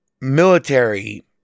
military